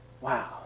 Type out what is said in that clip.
Wow